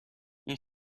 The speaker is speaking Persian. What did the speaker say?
این